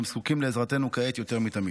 והם זקוקים לעזרתנו כעת יותר מתמיד.